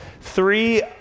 three